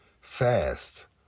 fast